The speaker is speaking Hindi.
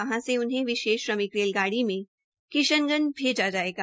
वहां से उन्हें विशेष श्रमिक रेलगाड़ी से किशनगंज भैजा जायेगा